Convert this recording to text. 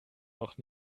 noch